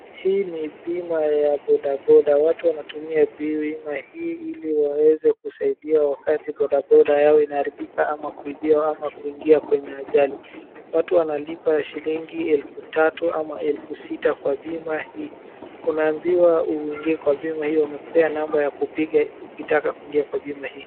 Hii ni bima ya bodaboda. Watu wanatumia bima hii ili waweze kusaidia wakati bodaboda yao inaharibika ama kuibiwa ama kuingia kwenye ajali. Watu wanalipa shilingi elfu tatu ama elfu sita kwa bima hii. Unaambiwa uingie kwa bima hii, wamekupea namba za kupiga ukitaka kuingia kwa bima hii.